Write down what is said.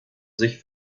sich